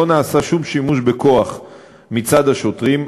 לא נעשה שום שימוש בכוח מצד השוטרים,